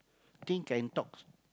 thing can talk